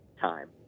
time